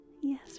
Yes